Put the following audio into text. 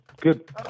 Good